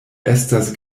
estas